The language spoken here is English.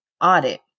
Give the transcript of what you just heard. audit